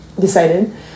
decided